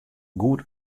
goed